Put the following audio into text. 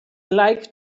like